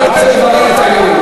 אחרי זה נברר את העניין.